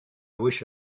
wish